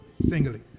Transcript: singly